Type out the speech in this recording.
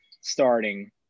starting